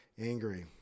angry